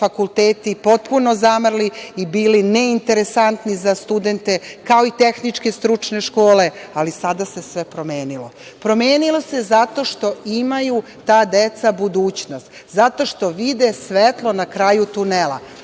fakulteti potpuno zamrli i bili ne interesantni za studente, kao i tehničke stručne škole, ali sada se sve promenilo. Promenilo se zato što imaju ta deca budućnost, zato što vide svetlo na kraju tunela,